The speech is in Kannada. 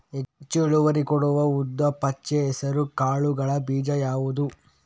ಹೆಚ್ಚು ಇಳುವರಿ ಕೊಡುವ ಉದ್ದು, ಪಚ್ಚೆ ಹೆಸರು ಕಾಳುಗಳ ಬೀಜ ಯಾವುದು?